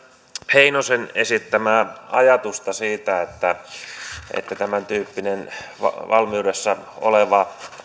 heinosen esittämää ajatusta siitä että että tämän tyyppistä valmiudessa olevaa